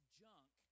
junk